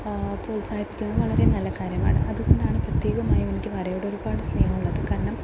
പ്രോത്സാഹിപ്പിക്കുന്നത് വളരെ നല്ല കാര്യമാണ് അതുകൊണ്ടാണ് പ്രത്യേകമായി എനിക്ക് വരയോട് ഒരുപാട് സ്നേഹമുള്ളത് കാരണം